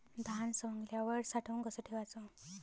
धान्य सवंगल्यावर साठवून कस ठेवाच?